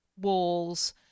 walls